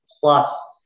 plus